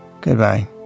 Goodbye